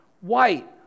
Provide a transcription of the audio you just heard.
white